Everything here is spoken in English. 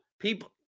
people